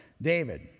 David